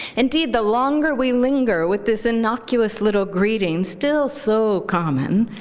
indeed, the longer we linger with this innocuous little greeting, still so common,